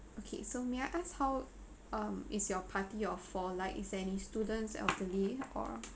okay so may I ask how um is your party of four like is any students elderly or